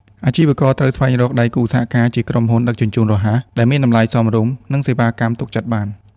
អាជីវករត្រូវស្វែងរកដៃគូសហការជា ក្រុមហ៊ុនដឹកជញ្ជូនរហ័ស ដែលមានតម្លៃសមរម្យ និងសេវាកម្មទុកចិត្តបាន។